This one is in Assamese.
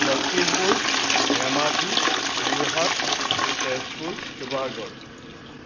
লখিমপুৰ ধেমাজি যোৰহাট তেজপুৰ শিৱসাগৰ